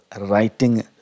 writing